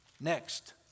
Next